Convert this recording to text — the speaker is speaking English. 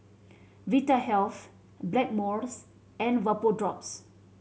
Vitahealth Blackmores and Vapodrops